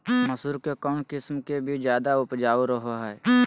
मसूरी के कौन किस्म के बीच ज्यादा उपजाऊ रहो हय?